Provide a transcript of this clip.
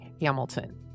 Hamilton